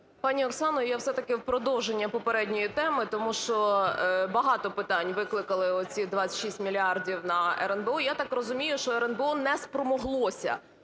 Пані Оксано, я все-таки в продовження попередньої теми, тому що багато питань викликали ці 26 мільярдів на РНБО. Я так розумію, що РНБО не спромоглося